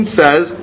says